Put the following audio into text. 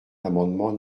l’amendement